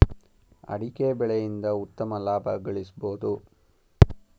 ಅಡಿಕೆ ಬೆಳೆಯಿಂದ ಉತ್ತಮ ಲಾಭ ಗಳಿಸಬೋದು